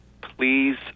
please